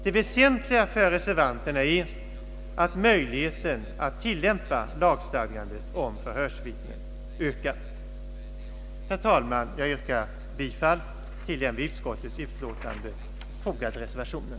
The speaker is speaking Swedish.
Det väsentliga för reservanterna är att möjligheten att tillämpa lagstadgandet om förhörsvittne ökar. Jag yrkar, herr talman, bifall till den vid utskottets utlåtande fogade reservationen.